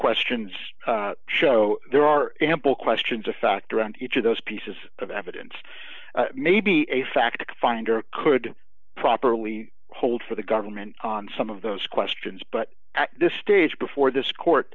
questions show there are ample questions of fact around each of those pieces of evidence maybe a fact finder could properly hold for the government on some of those questions but at this stage before this court